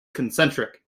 concentric